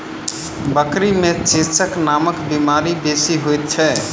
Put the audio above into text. बकरी मे चेचक नामक बीमारी बेसी होइत छै